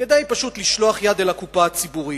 כדי פשוט לשלוח יד אל הקופה הציבורית.